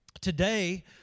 Today